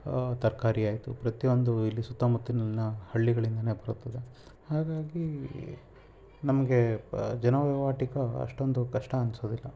ತರಕಾರಿ ಆಯಿತು ಪ್ರತಿಯೊಂದು ಇಲ್ಲಿ ಸುತ್ತಮುತ್ತಲ್ನ ಹಳ್ಳಿಯಿಂದನೇ ಬರ್ತದೆ ಹಾಗಾಗಿ ನಮಗೆ ಪ ಜನ ವೈವಾಟಿಕ ಅಷ್ಟೊಂದು ಕಷ್ಟ ಅನ್ನಿಸೋದಿಲ್ಲ